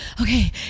Okay